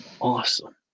awesome